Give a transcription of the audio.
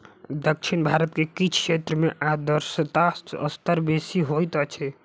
दक्षिण भारत के किछ क्षेत्र में आर्द्रता स्तर बेसी होइत अछि